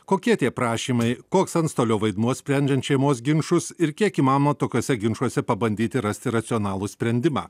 kokie tie prašymai koks antstolio vaidmuo sprendžiant šeimos ginčus ir kiek įmanoma tokiuose ginčuose pabandyti rasti racionalų sprendimą